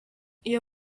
iyo